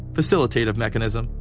facilitative mechanism,